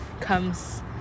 comes